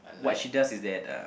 what she does is that uh